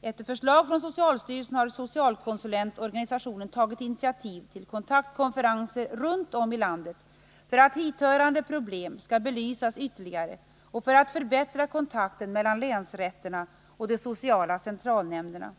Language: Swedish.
Efter förslag från socialstyrelsen har socialkonsulentorganisationen tagit initiativ till kontaktkonferenser runt om i landet för att hithörande problem skall belysas ytterligare och för att förbättra kontakten mellan länsrätterna och de sociala centralnämnderna.